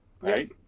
right